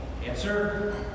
Answer